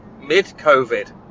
mid-COVID